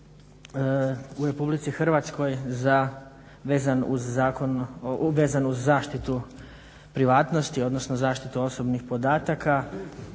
u Republici Hrvatskoj vezan uz zaštitu privatnosti, odnosno zaštitu osobnih podataka